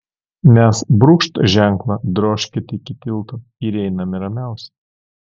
mes brūkšt ženklą drožkit iki tilto ir einame ramiausiai